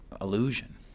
illusion